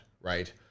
right